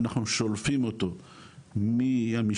אנחנו שולפים אותו מהמשמורת,